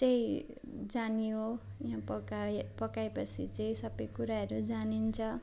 चाहिँ जानियो वा पकाए पकाए पछि चाहिँ सब कुराहरू जानिन्छ